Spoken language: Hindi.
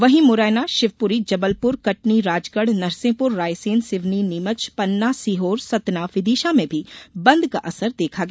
वहीं मुरैना शिवपुरी जबलपुर कटनी राजगढ़ नरसिंहपुर रायसेन सिवनी नीमच पन्ना सीहोर सतना विदिशा में भी बंद का असर देखा गया